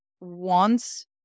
wants